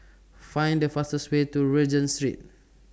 Find The fastest Way to Regent Street